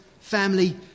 family